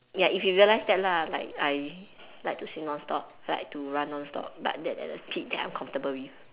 ya if you realise that lah like I like to swim non stop like to run non stop but that at a speed that I'm comfortable with